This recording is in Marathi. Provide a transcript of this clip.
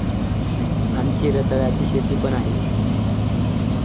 आमची रताळ्याची शेती पण आहे